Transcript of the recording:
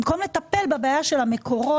במקום לטפל בבעיה של המקורות,